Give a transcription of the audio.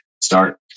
start